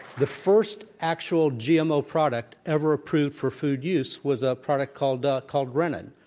the first actual gmo product ever approved for food use was a product called ah called rennet.